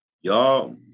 Y'all